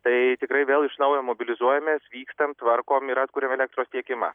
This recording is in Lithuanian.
tai tikrai vėl iš naujo mobilizuojamės vykstam tvarkom ir atkuriam elektros tiekimą